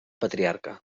patriarca